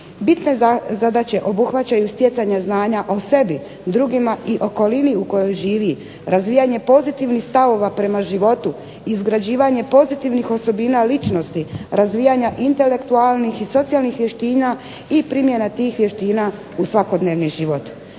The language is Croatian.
Bitne zadaće obuhvaćaju stjecanja znanja o sebi, drugima i okolini u kojoj živi, razvijanje pozitivnih stavova prema životu, izgrađivanje pozitivnih osobina ličnosti, razvijanja intelektualnih i socijalnih vještina i primjena tih vještina u svakodnevni život.